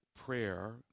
prayer